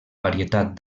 varietat